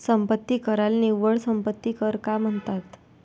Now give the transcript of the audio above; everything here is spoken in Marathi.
संपत्ती कराला निव्वळ संपत्ती कर का म्हणतात?